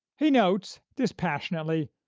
he notes, dispassionately,